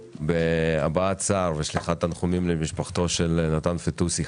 בהבעת צער ושליחת תנחומים למשפחתו של נתן פיטוסי,